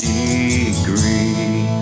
degree